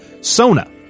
Sona